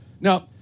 Now